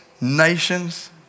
nations